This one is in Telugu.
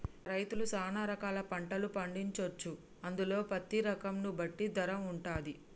మన రైతులు సాన రకాల పంటలు పండించొచ్చు అందులో పత్తి రకం ను బట్టి ధర వుంటది